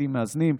בתים מאזנים,